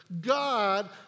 God